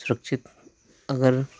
सुरक्षित अगर